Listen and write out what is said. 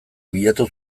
bilatu